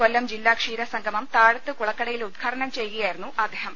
കൊല്ലം ജില്ലാ ക്ഷീരസംഗമം താഴത്ത് കുളക്കടയിൽ ഉദ് ഘാടനം ചെയ്യുകയായിരുന്നു അദ്ദേഹം